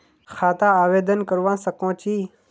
खाता आवेदन करवा संकोची?